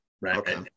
right